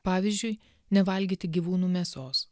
pavyzdžiui nevalgyti gyvūnų mėsos